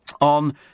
on